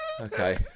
okay